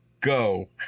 Go